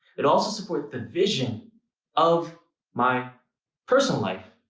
it also supports the vision of my personal life.